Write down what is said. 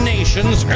Nations